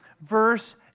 verse